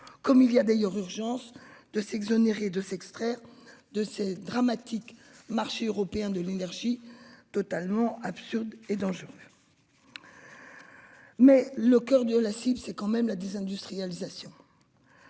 Comme il y a d'ailleurs urgence de s'exonérer de s'extraire de ces dramatique marché européen de l'énergie totalement absurde et dangereux. Mais le coeur de la acide, c'est quand même la désindustrialisation.